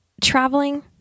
traveling